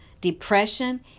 depression